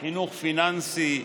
חינוך פיננסי,